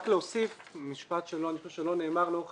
רק להוסיף משפט שאני חושב שלא נאמר לאורך